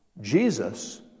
Jesus